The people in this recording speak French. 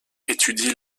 étudie